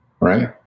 right